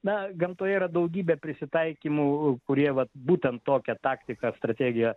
na gamtoje yra daugybė prisitaikymų kurie vat būtent tokią taktiką strategiją